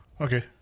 Okay